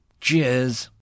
cheers